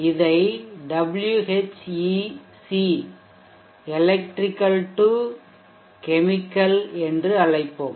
இதை Whec electrical chemical என்று அழைப்போம்